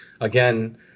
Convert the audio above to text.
again